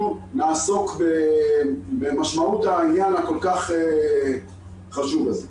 נעסוק במשמעות העניין הכל כך חשוב הזה.